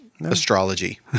astrology